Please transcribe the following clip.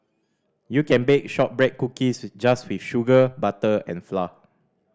you can bake shortbread cookies just with sugar butter and flour